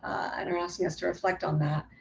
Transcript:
and are asking us to reflect on that.